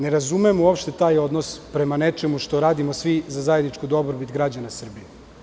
Ne razumem uopšte taj odnos prema nečemu što radimo svi za zajedničku dobrobit građana Srbije.